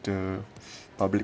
the public